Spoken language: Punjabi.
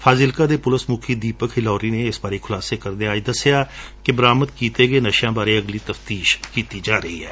ਫਾਜ਼ਿਲਕਾ ਦੇ ਪੁਲਿਸ ਮੁਖੀ ਦੀਪਕ ਹਿਲੋਰੀ ਨੇ ਇਸ ਬਾਰੇ ਖੁਲਾਸੇ ਕਰਦਿਆਂ ਅੱਜ ਦਸਿਆ ਕਿ ਬਰਾਮਦ ਕੀਤੇ ਗਏ ਨਸ਼ਿਆਂ ਬਾਰੇ ਅਗਲੀ ਤਫਤੀਸ਼ ਜਾਰੀ ਏ